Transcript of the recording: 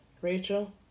Rachel